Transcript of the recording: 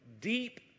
deep